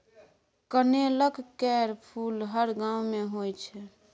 कनेलक केर फुल हर गांव मे होइ छै